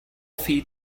fee